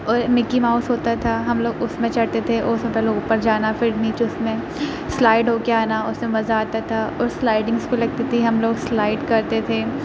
اور Mickey Mouse ہوتا تھا ہم لوگ اس میں چڑھتے تھے اور اس میں پہلے اوپر جانا پھر نیچے اس میں سلائیڈ ہو کے آنا اس میں مزہ آتا تھا اور سلائیڈنگس بھی لگتی تھیں ہم لوگ سلائیڈ کرتے تھے